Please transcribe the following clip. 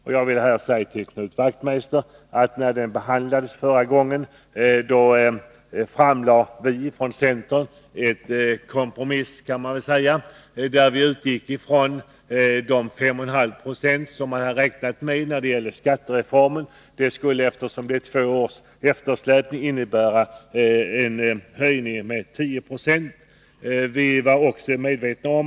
Jag vill i detta sammanhang säga till Knut Wachtmeister att när detta behandlades förra gången framlade vi från centern ett kompromissförslag där vi utgick från de 5,5 76 som man hade räknat med när det gäller skattereformen. Eftersom det är två års eftersläpning skulle det innebära en höjning med ca 10 20.